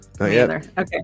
Okay